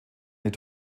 eine